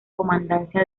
comandancia